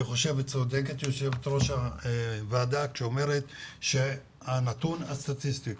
צודקת יושבת-ראש הוועדה כשהיא אומרת שהנתון הסטטיסטי לא מעודכן.